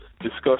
discuss